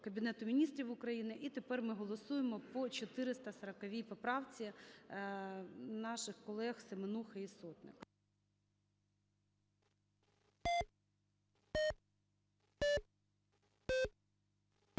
Кабінету Міністрів України. І тепер ми голосуємо по 440 поправці наших колег Семенухи і Сотник.